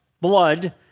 blood